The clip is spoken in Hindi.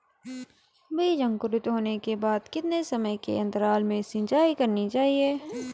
बीज अंकुरित होने के बाद कितने समय के अंतराल में सिंचाई करनी चाहिए?